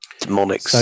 demonic